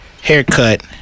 Haircut